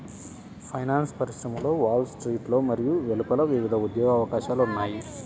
finance పరిశ్రమలో wall స్ట్రీట్లో మరియు వెలుపల వివిధ ఉద్యోగ అవకాశాలు ఉన్నాయి